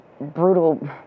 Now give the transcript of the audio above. brutal